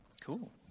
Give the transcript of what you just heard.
Cool